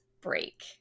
break